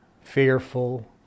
fearful